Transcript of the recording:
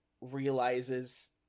realizes